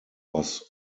was